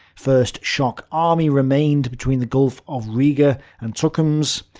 first shock army remained between the gulf of riga and tukums.